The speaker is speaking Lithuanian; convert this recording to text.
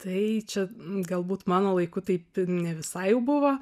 tai čia galbūt mano laiku taip ne visai jau buvo